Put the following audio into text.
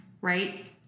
right